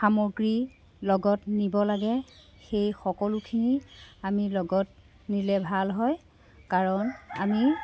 সামগ্ৰী লগত নিব লাগে সেই সকলোখিনি আমি লগত নিলে ভাল হয় কাৰণ আমি